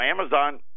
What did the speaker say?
Amazon